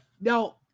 Now